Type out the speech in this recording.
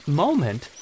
moment